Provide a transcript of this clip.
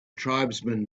tribesmen